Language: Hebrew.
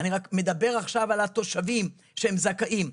אני רק מדבר עכשיו על התושבים, שהם זכאים.